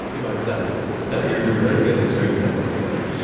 but no, you're you're very good at stringing sentences together.